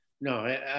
No